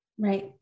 Right